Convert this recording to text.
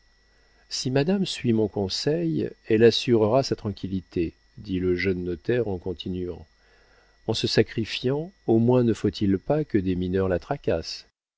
si madame suit mon conseil elle assurera sa tranquillité dit le jeune notaire en continuant en se sacrifiant au moins ne faut-il pas que des mineurs la tracassent